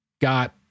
got